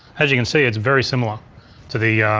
as you can see it's very similar to the